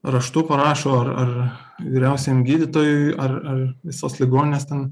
raštu parašo ar ar vyriausiajam gydytojui ar ar visos ligoninės ten